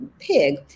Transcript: pig